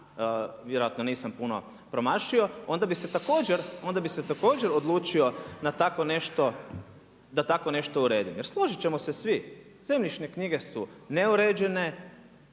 vjerojatno nisam puno promašio, onda bi se također odlučio na tako nešto, da tako nešto uredim. Jer složiti ćemo se svi, zemljišne knjige su neuređene,